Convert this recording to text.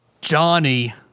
Johnny